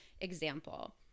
example